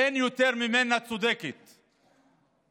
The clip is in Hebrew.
אין יותר צודקת ממנה,